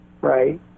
right